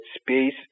space